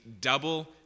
double